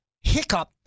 hiccup